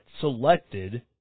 selected